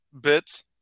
bits